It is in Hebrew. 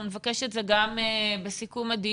אנחנו נבקש את זה גם בסיכום הדיון